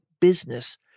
business